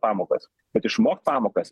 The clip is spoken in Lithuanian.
pamokas bet išmokt pamokas